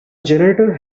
generator